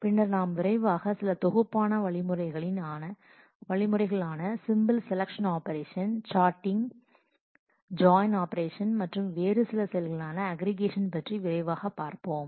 பின்னர் நாம் மிக விரைவாக சில தொகுப்பான வழிமுறைகள் ஆன simple selection operation sorting joint operation மற்றும் வேறுசில செயல்களான அக்ரிகேசன் பற்றி விரைவாகப் பார்ப்போம்